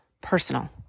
personal